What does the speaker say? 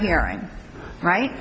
hearing right